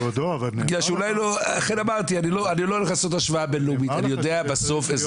אני לא הולך לעשות השוואה בינלאומית -- צריך